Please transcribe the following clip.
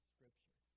Scripture